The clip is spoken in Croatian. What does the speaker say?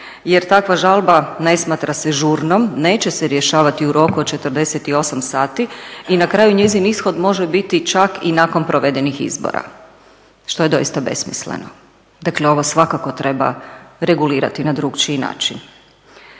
jer takva žalba ne smatra se žurnom, neće se rješavati u roku od 48 sati. I na kraju njezin ishod može biti čak i nakon provedenih izbora što je doista besmisleno. Dakle, ovo svakako treba regulirati na drukčiji način.